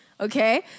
Okay